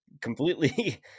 completely